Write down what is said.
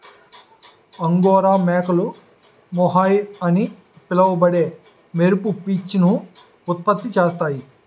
angora మేకలు mohair అని పిలువబడే మెరుపు పీచును ఉత్పత్తి చేస్తాయి